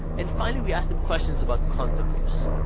and finally we asked them questions about condom use.